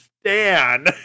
Stan